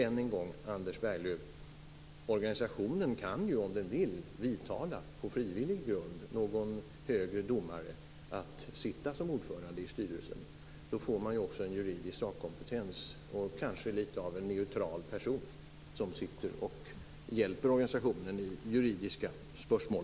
Än en gång, Anders Berglöv: Organisationen kan ju, om den så vill, på frivillig grund vidtala någon högre domare att sitta som ordförande i styrelsen. Då får man en juridisk sakkompetens och en neutral person som kan hjälpa organisationen i juridiska spörsmål.